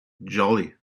jolly